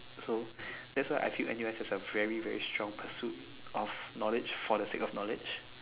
so that's why I see N_U_S as a very very strong pursue of knowledge for the sake of knowledge